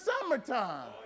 summertime